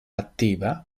attiva